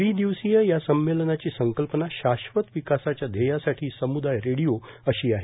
त्रि दिवसीय या संमेलनाची संकल्पना शाश्वत विकासाच्या ध्येयासाठी समूदाय रेडीओ अशी आहे